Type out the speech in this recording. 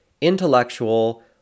intellectual